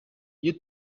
iyo